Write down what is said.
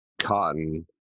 cotton